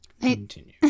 Continue